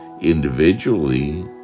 individually